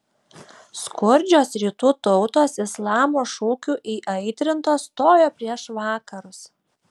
skurdžios rytų tautos islamo šūkių įaitrintos stojo prieš vakarus